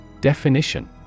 Definition